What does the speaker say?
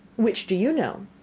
which do you know?